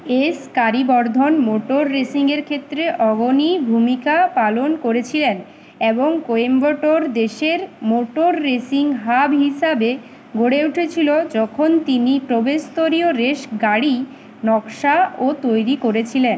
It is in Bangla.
এস কারিবর্ধন মোটর রেসিং এর ক্ষেত্রে অগণী ভূমিকা পালন করেছিলেন এবং কোয়েম্বাটোর দেশের মোটর রেসিং হাব হিসাবে গড়ে উঠেছিলো যখন তিনি প্রবেশস্তরীয় রেস গাড়ি নকশা ও তৈরি করেছিলেন